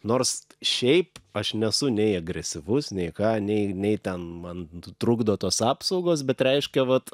nors šiaip aš nesu nei agresyvus nei ką nei nei ten man trukdo tos apsaugos bet reiškia vat